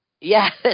Yes